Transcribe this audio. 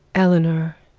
eleanor!